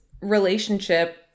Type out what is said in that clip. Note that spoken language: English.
relationship